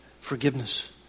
forgiveness